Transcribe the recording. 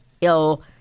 ill